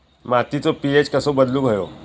मातीचो पी.एच कसो बदलुक होयो?